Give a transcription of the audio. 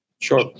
Sure